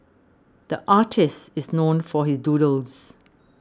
the artist is known for his doodles